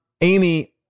Amy